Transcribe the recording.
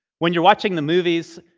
when you're watching the movies,